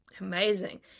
Amazing